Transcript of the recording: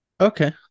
Okay